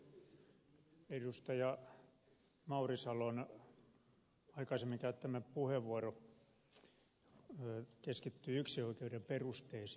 mauri salon aikaisemmin käyttämä puheenvuoro keskittyi yksinoikeuden perusteisiin